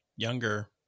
younger